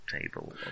table